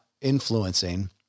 influencing